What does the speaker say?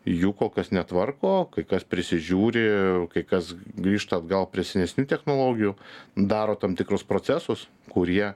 jų kol kas netvarko kai kas prisižiūri kai kas grįžta atgal prie senesnių technologijų daro tam tikrus procesus kurie